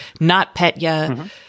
NotPetya